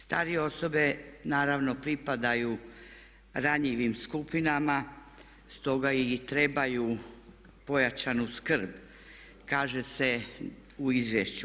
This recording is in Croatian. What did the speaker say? Starije osobe naravno pripadaju ranjivim skupinama, stoga i trebaju pojačanu skrb, kaže se u izvješću.